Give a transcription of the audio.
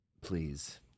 please